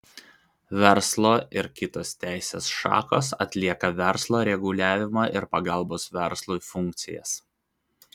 verslo ir kitos teisės šakos atlieka verslo reguliavimo ir pagalbos verslui funkcijas